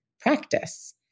practice